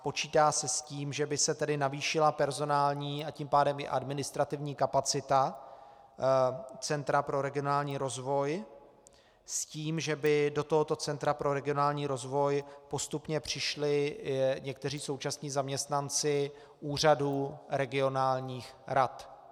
Počítá se s tím, že by se tedy navýšila personální, a tím pádem i administrativní kapacita Centra pro regionální rozvoj s tím, že by do tohoto Centra pro regionální rozvoj postupně přišli někteří současní zaměstnanci úřadů regionálních rad.